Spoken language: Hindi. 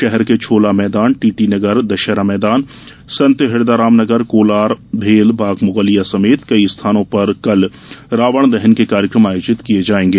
शहर के छोला मैदान टीटीनगर दशहरा मैदान संत हिरदाराम नगर कोलार भेल बाग मुगलिया समेत कई स्थानों पर कल रावण दहन के कार्यक्रम आयोजित किये जायेंगे